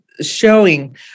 Showing